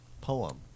poem